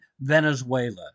Venezuela